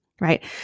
right